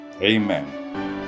Amen